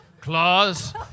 Claws